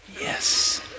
Yes